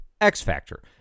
X-Factor